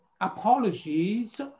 apologies